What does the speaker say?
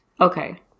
okay